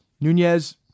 Nunez